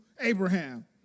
Abraham